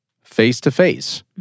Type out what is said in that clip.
face-to-face